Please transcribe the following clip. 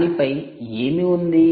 దానిపై ఏమి ఉంది